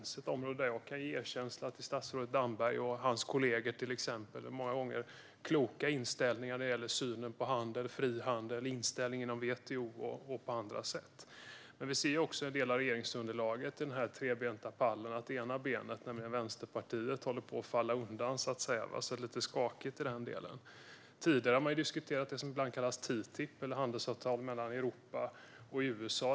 Det är ett område där jag till exempel kan ge erkänsla till statsrådet Damberg och hans kolleger och den många gånger kloka inställningen när det gäller synen på handel, frihandel, WTO och så vidare. Vi ser dock att ett av benen, nämligen Vänsterpartiet, på den trebenta pall som är regeringsunderlaget håller på att falla undan. Det är lite skakigt i den delen. Tidigare har man diskuterat det som ibland kallas TTIP, handelsavtalet mellan Europa och USA.